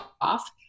off